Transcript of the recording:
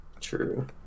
True